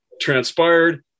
transpired